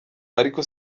ariko